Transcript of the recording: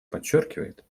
подчеркивает